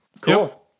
Cool